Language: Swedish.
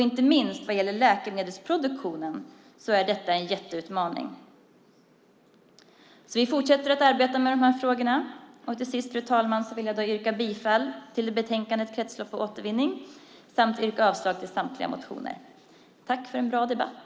Inte minst när det gäller läkemedelsproduktionen är detta en jättestor utmaning. Vi fortsätter alltså att arbeta med de här frågorna. Allra sist, fru talman, yrkar jag bifall till utskottets förslag i betänkandet Kretslopp, återvinning m.m. samt avslag på samtliga motioner. Tack för en bra debatt!